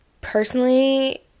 personally